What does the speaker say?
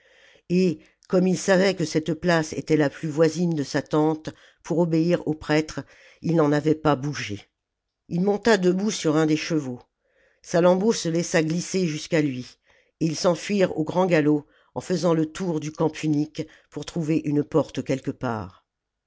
et comme il savait que cette place était la plus voisine de sa tente pour obéir au prêtre il n'en avait pas bougé ii monta debout sur un des chevaux salammbô se laissa glisser jusqu'à lui et ils s'enfuirent au grand galop en faisant le tour du camp punique pour trouver une porte quelque part